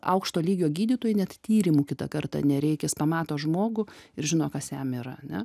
aukšto lygio gydytojai net tyrimų kitą kartą nereikia pamato žmogų ir žino kas jam yra ane